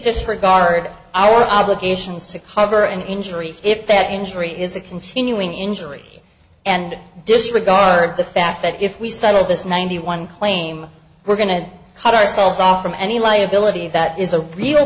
disregard our obligations to cover an injury if that injury is a continuing injury and disregard the fact that if we settle this ninety one claim we're going to cut ourselves off from any liability that is a real